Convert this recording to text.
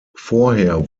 vorher